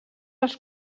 els